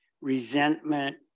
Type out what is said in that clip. resentment